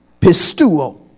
pistuo